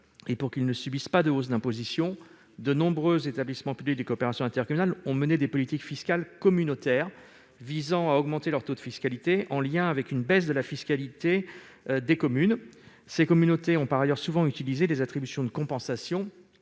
ces derniers ne subissent pas de hausse d'imposition, de nombreux établissements publics de coopération intercommunale ont mené des politiques fiscales communautaires visant à augmenter leur taux de fiscalité, en lien avec une baisse de la fiscalité des communes. Ces communautés de communes ont d'ailleurs souvent utilisé des attributions de compensation,